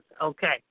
Okay